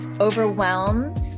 overwhelmed